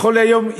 נכון להיום,